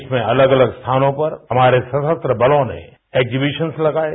देश में अलग अलग स्थानों पर हमारे सशस्त्र बतों ने एक्सहिबिशनंस लगाये